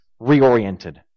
reoriented